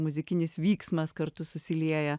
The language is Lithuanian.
muzikinis vyksmas kartu susilieja